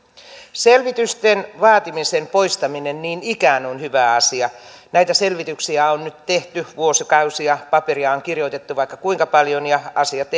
selvitysten vaatimisen poistaminen niin ikään on hyvä asia näitä selvityksiä on nyt tehty vuosikausia paperia on kirjoitettu vaikka kuinka paljon ja asiat